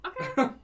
okay